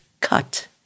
cut